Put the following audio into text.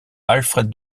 alfred